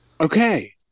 Okay